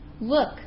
look